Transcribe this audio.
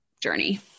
journey